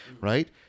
right